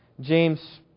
James